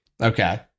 Okay